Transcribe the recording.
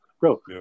Bro